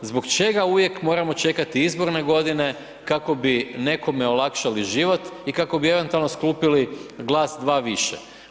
Zbog čega uvijek moramo čekati izborne godine kako bi nekome olakšali život i kako bi eventualno skupili glas, dva više?